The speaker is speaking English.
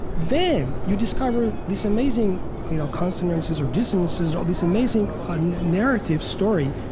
then you discover this amazing you know consonances, or dissonances, or this amazing and narrative, story,